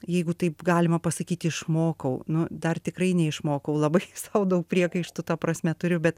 jeigu taip galima pasakyti išmokau nu dar tikrai neišmokau labai sau daug priekaištų ta prasme turiu bet